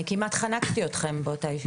אני כמעט חנקתי אתכם באותה ישיבה.